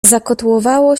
zakotłowało